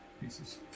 pieces